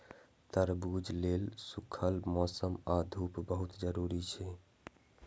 तरबूज लेल सूखल मौसम आ धूप बहुत जरूरी छै